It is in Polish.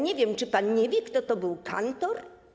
Nie wiem, czy pan nie wie, kto to był Kantor.